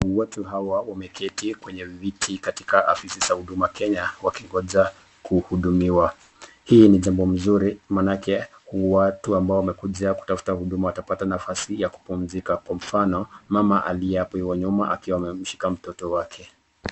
Watu hawa wameketi kwenye viti katiki ofisi za Huduma Kenya wakingoja kuhudumiwa. Hii ni jambo mzuri maanake watu ambao wamekuja kutafuta huduma watapata nafasi ya kupumzika. Kwa mfano, mama aliyevaa hapo hivo nyuma amemshika mtoto wake.